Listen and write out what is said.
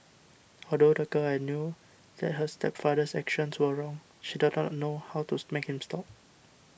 although the girl knew that her stepfather's actions were wrong she did not know how to make him stop